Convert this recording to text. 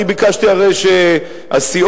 אני ביקשתי הרי שהסיעות,